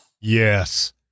Yes